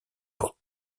pour